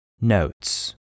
Notes